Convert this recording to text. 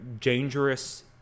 dangerous